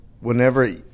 whenever